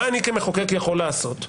מה אני כמחוקק יכול לעשות?